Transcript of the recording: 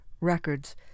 Records